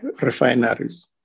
refineries